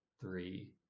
three